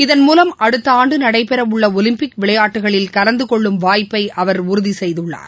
இதன் மூலம் அடுத்த ஆண்டு நடைபெறவுள்ள ஒலிம்பிக் விளையாட்டுக்களில் கலந்து கொள்ளும் வாய்ப்பை அவர் உறுதி செய்துள்ளார்